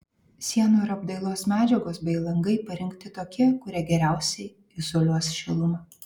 sienų ir apdailos medžiagos bei langai parinkti tokie kurie geriausiai izoliuos šilumą